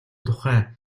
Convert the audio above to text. тухай